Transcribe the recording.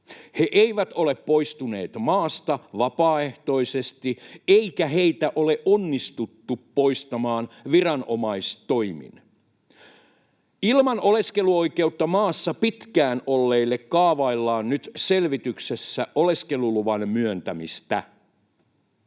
He eivät ole poistuneet maasta vapaaehtoisesti, eikä heitä ole onnistuttu poistamaan viranomaistoimin. Ilman oleskeluoikeutta maassa pitkään olleille kaavaillaan nyt selvityksessä oleskeluluvan myöntämistä.”